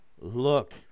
look